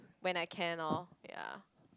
when I can orh ya